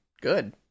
good